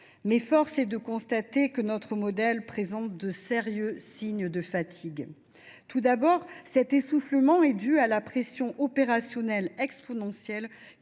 Mais force est de constater que notre modèle présente de sérieux signes de fatigue. Tout d’abord, cet essoufflement est dû à une pression opérationnelle exponentielle,